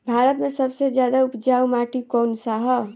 भारत मे सबसे ज्यादा उपजाऊ माटी कउन सा ह?